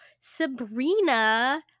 Sabrina